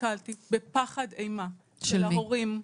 נתקלתי בפחד אימה של ההורים.